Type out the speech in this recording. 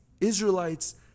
Israelites